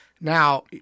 Now